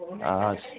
हाँ